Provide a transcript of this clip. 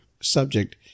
subject